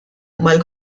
mal